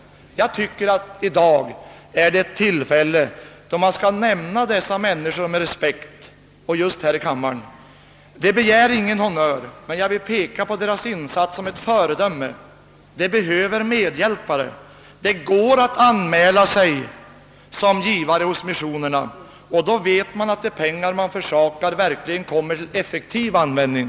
Jag tycker att dessa människor bör nämnas med respekt just här i kammaren. De begär ingen honnör, men jag vill peka på deras insats som ett före döme. De behöver medhjälpare. Det går att anmäla sig som givare hos missionerna och gör man det vet man att de pengar man försakar verkligen kommer till effektiv användning.